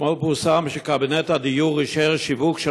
אתמול פורסם שקבינט הדיור אישר שיווק של